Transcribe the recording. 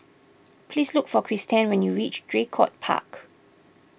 please look for Cristen when you reach Draycott Park